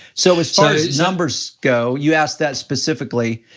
so as far as numbers go, you asked that specifically,